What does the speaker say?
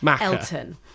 Elton